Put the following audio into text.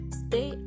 stay